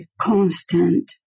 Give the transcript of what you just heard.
constant